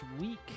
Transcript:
week